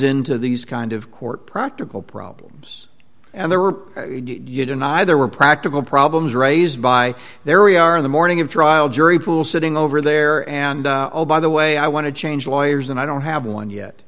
into these kind of court practical problems and there were you deny there were practical problems raised by their e r in the morning of trial jury pool sitting over there and oh by the way i want to change lawyers and i don't have one yet